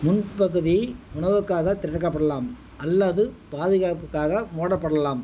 முன்பகுதி உணவுக்காக திறக்கப்படலாம் அல்லது பாதுகாப்புக்காக மூடப்படலாம்